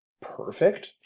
perfect